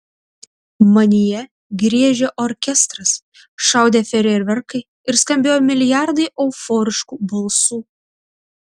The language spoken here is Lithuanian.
manyje griežė orkestras šaudė fejerverkai ir skambėjo milijardai euforiškų balsų